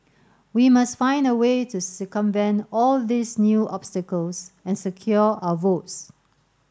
we must find a way to circumvent all these new obstacles and secure our votes